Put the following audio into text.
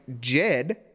Jed